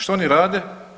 Što oni rade?